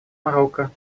марокко